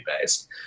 based